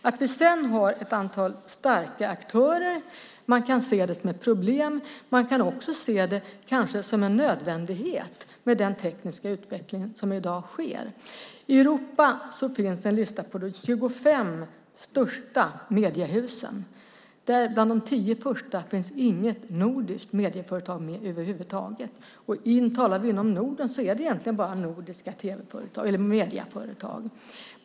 Att vi sedan har ett antal starka aktörer kan man se som ett problem, men man kan också se det som en nödvändighet med den tekniska utveckling som i dag sker. I Europa finns en lista på de 25 största mediehusen, och bland de tio första finns inget nordiskt medieföretag över huvud taget. Om vi talar om Norden är det egentligen bara nordiska medieföretag.